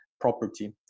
property